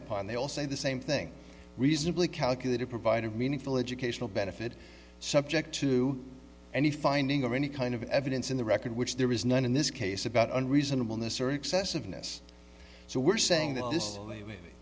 upon they all say the same thing reasonably calculated provided meaningful educational benefit subject to any finding of any kind of evidence in the record which there is none in this case about an reasonable necessary excessiveness so we're saying that this